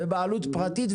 בבעלות פרטית,